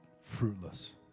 fruitless